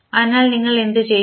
അതിനാൽ നിങ്ങൾ എന്തു ചെയ്യും